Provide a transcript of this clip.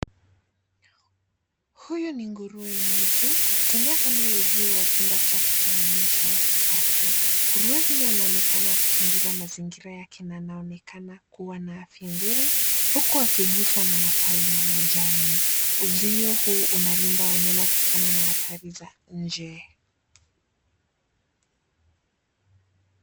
Huyu ni nguruwe mwitu akitembea kando ya uzuio wa chumba chake cha mwonyesho wa hifadhi. Nguruwe huyu anaonekana akichunguza mazingira yake na anaonekana kuwa na afya nzuri huku akiguswa na matawi ya majani. Uzuio hii inalinda wanyama kutokana na hatari za nje.